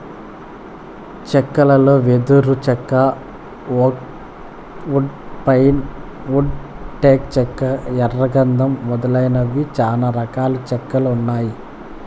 చెక్కలలో వెదురు చెక్క, ఓక్ వుడ్, పైన్ వుడ్, టేకు చెక్క, ఎర్ర గందం మొదలైనవి చానా రకాల చెక్కలు ఉన్నాయి